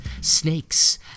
Snakes